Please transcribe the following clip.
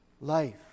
life